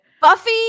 Buffy